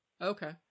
Okay